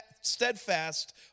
steadfast